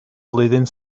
flwyddyn